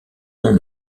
son